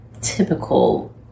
typical